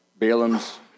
Balaam's